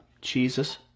Jesus